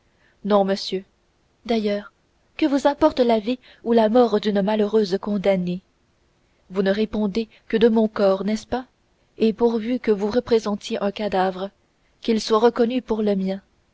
non monsieur d'ailleurs que vous importe la vie ou la mort d'une malheureuse condamnée vous ne répondez que de mon corps n'est-ce pas et pourvu que vous représentiez un cadavre qu'il soit reconnu pour le mien